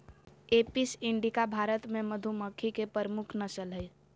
Apis indica Bharat मे मधुमक्खी के प्रमुख नस्ल हय